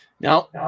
Now